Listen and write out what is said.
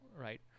right